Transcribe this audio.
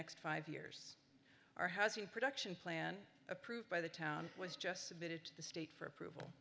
next five years our housing production plan approved by the town was just submitted to the state for approval